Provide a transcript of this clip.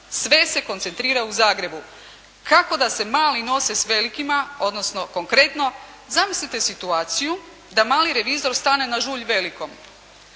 Sve se koncentrira u Zagrebu. Kako da se mali nose s velikima, odnosno konkretno, zamislite situaciju da mali revizor stane na žulj velikome,